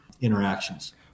interactions